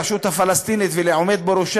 והוא רוצה לתת מכה לרשות הפלסטינית ולעומד בראשה,